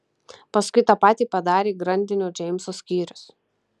paskui tą patį padarė grandinio džeimso skyrius